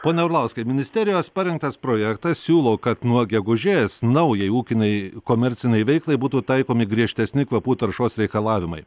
pone orlauskai ministerijos parengtas projektas siūlo kad nuo gegužės naujai ūkinei komercinei veiklai būtų taikomi griežtesni kvapų taršos reikalavimai